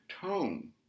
tone